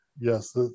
Yes